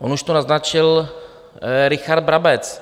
On už to naznačil Richard Brabec.